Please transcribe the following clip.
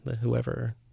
whoever